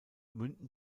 münden